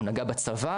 הוא נגע בצוואר,